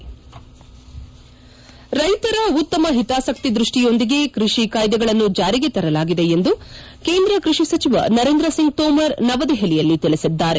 head ರೈತರ ಉತ್ತಮ ಹಿತಾಸಕ್ತಿ ದೃಷ್ಷಿಯೊಂದಿಗೆ ಕೃಷಿ ಕಾಯ್ದೆಗಳನ್ನು ಜಾರಿಗೆ ತರಲಾಗಿದೆ ಎಂದು ಕೇಂದ್ರ ಕೃಷಿ ಸಚಿವ ನರೇಂದ್ರ ಸಿಂಗ್ ತೋಮರ್ ನವೆದೆಹಲಿಯಲ್ಲಿ ತಿಳಿಸಿದ್ದಾರೆ